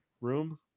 room